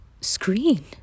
screen